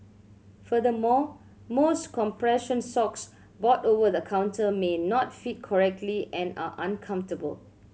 furthermore most compression socks bought over the counter may not fit correctly and are uncomfortable